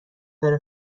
داره